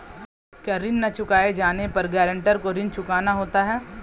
क्या ऋण न चुकाए जाने पर गरेंटर को ऋण चुकाना होता है?